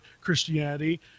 christianity